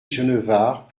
genevard